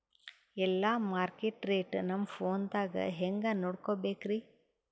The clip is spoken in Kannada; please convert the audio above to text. ಎಲ್ಲಾ ಮಾರ್ಕಿಟ ರೇಟ್ ನಮ್ ಫೋನದಾಗ ಹೆಂಗ ನೋಡಕೋಬೇಕ್ರಿ?